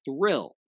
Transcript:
thrill